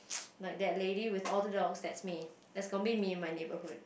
like that lady with all the dogs that's me that's gonna be me in my neighbourhood